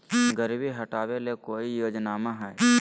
गरीबी हटबे ले कोई योजनामा हय?